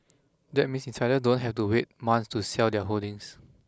that means insiders don't have to wait months to sell their holdings